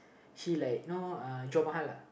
she like know lah